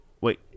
Wait